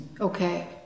Okay